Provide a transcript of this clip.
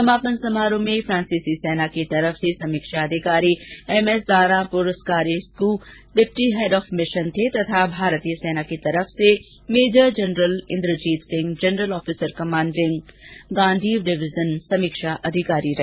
समापन समारोह में फ्रांसिसी सेना की तरफ से समीक्षा अधिकारी M S Dana Purcarescu deputy head of mission थे तथा भारतीय सेना की तरफ से major general Inderjit Singh general officer commanding Gandiv division समीक्षा अधिकारी रहे